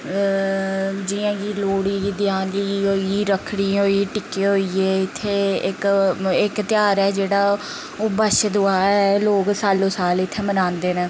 जियां कि लोह्ड़ी देआली होई गेई रक्खड़ी होई गेई टिक्कें होई गे इत्थें इक इक ध्यार ऐ जेह्ड़ा ओह् बच्छदुआ ऐ लोक सालो साल इत्थें मनांदे न